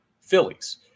Phillies